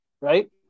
right